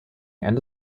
ende